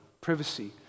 privacy